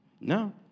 no